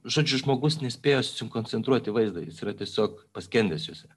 žodžiu žmogus nespėja susikoncentruot į vaizdą jis yra tiesiog paskendęs juose